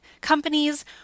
companies